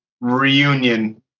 reunion